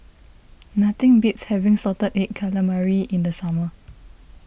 nothing beats having Salted Egg Calamari in the summer